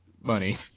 money